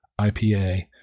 IPA